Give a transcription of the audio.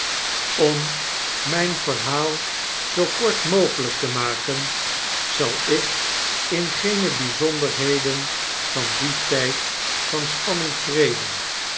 om myn verhaal zoo kort mogelyk te maken zal ik in geene byzonderheden van dien tijd van spanning treden